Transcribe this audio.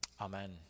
Amen